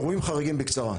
אירועים חריגים, בקצרה.